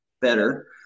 better